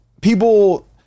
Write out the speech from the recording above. people